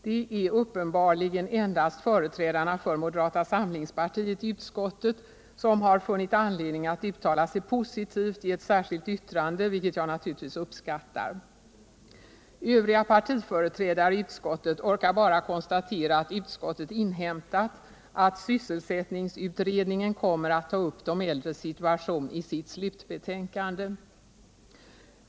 Det är uppenbarligen endast företrädarna för moderata samlingspartiet i utskottet som funnit anledning att uttala sig positivt i ett särskilt yttande, vilket jag naturligtvis uppskattar. Övriga partiföreträdare i utskottet orkar bara konstatera att utskottet inhämtat att sysselsättningsutredningen kommer att ta upp de äldres situation i sitt slutbetänkande.